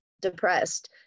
depressed